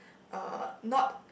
uh not